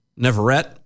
Neverett